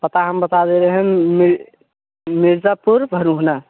पता हम बता दे रहें मिर्ज़ापुर भरूहना